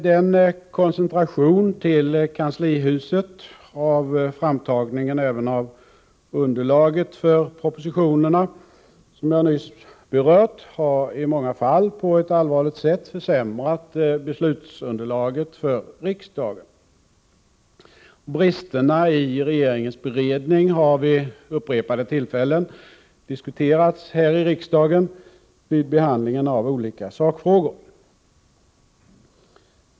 Den koncentration till kanslihuset av framtagningen av underlaget till propositioner som jag nyss berört har i många fall på ett allvarligt sätt försämrat beslutsunderlaget för riksdagen. Bristerna i regeringens beredning har vid upprepade tillfällen diskuterats här i riksdagen vid behandlingen av olika sakfrågor.